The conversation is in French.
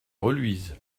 reluise